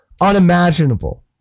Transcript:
unimaginable